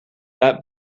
that